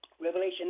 Revelation